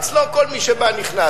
אצלו כל מי שבא נכנס.